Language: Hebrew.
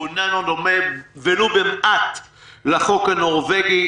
הוא איננו דומה ולו במעט לחוק הנורווגי.